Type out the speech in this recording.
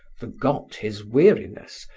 forgot his weariness,